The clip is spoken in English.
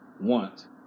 want